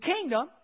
kingdom